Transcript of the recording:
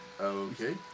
Okay